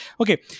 Okay